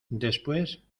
después